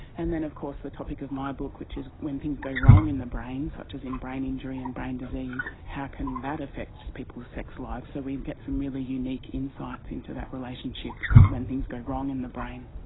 and then of course the topic of my book, which is when things go wrong in the brain, such as in brain injury and brain disease, how can that affect people's sex lives. so we get some really unique insights into that relationship when things go wrong in the brain.